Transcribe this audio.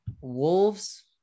Wolves